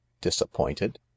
Disappointed